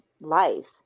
life